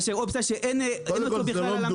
מאשר אופציה שאין אותו בכלל על המדף.